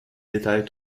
détails